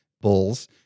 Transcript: bulls